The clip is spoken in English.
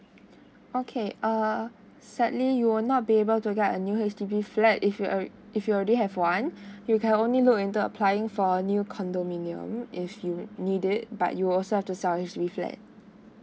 okay uh sadly you will not be able to get a new H_D_B flat if you al~ if you already have one you can only look into applying for a new condominium if you need it but you will also have to sell H_D_B flat